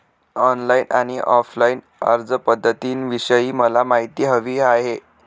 online आणि offline अर्जपध्दतींविषयी मला माहिती हवी आहे